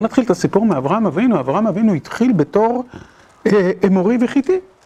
נתחיל את הסיפור מאברהם אבינו, אברהם אבינו התחיל בתור אמורי וחיתי.